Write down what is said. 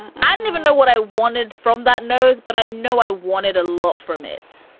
and i don't even know what i wanted from that nose, but i know i wanted a lot from it,